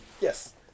yes